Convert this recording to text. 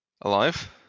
alive